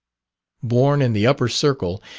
born in the upper circle,